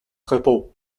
repos